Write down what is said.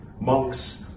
monks